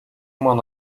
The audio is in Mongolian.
маань